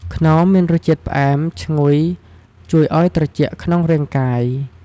ខ្នុរមាន រសជាតិផ្អែម ឈ្ងុយ ជួយឱ្យត្រជាក់ក្នុងរាងកាយ។